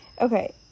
Okay